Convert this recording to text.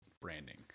branding